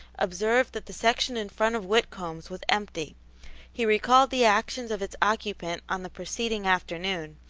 observed that the section in front of whitcomb's was empty he recalled the actions of its occupant on the preceding afternoon,